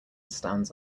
stands